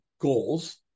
goals